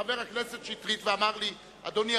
חבר הכנסת מאיר שטרית אמר לי: אדוני,